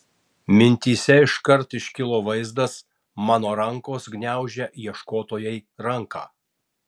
mintyse iškart iškilo vaizdas mano rankos gniaužia ieškotojai ranką